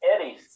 Eddie